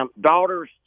daughter's